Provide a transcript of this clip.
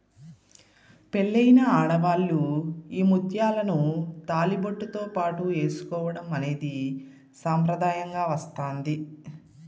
పెళ్ళైన ఆడవాళ్ళు ఈ ముత్యాలను తాళిబొట్టుతో పాటు ఏసుకోవడం అనేది సాంప్రదాయంగా వస్తాంది